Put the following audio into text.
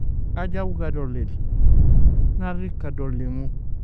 Ajaw ga dolir, narri ka dolimo.